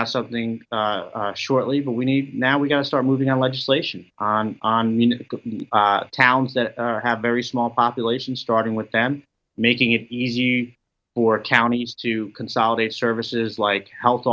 out something shortly but we need now we've got to start moving our legislation on towns that have very small population starting with them making it easy for counties to consolidate services like health